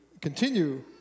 continue